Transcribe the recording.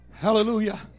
Hallelujah